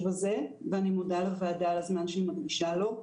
הזה ואני מודה לוועדה על הזמן שהיא מקדישה לו.